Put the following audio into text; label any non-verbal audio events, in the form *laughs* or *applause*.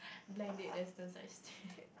blind dates does *laughs*